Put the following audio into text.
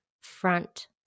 front